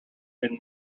than